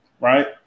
right